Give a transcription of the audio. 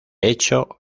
hecho